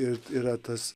ir yra tas